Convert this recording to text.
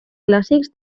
clàssics